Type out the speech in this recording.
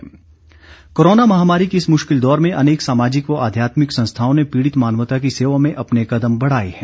आदर्श टीका केन्द्र कोरोना महामारी के इस मुश्किल दौर में अनेक सामाजिक व आध्यात्मिक संस्थाओं ने पीड़ित मानवता की सेवा में अपने कदम बढ़ाए हैं